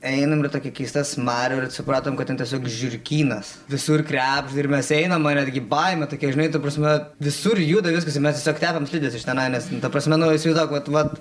einam ir tokia keista smarvė supratom kad ten tiesiog žiurkynas visur krebžda ir mes einam ar netgi baimė tokia žinai ta prasme visur juda viskas ir mes tiesiog tepėm slides iš tenai nes ta prasme nu įsivaizduok vat vat